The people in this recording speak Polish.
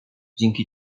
dzięki